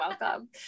welcome